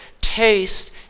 taste